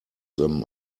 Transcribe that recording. them